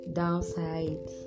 downside